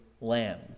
lamb